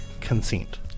consent